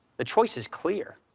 the choice is clear